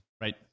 Right